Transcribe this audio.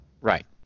right